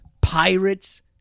pirates